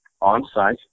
on-site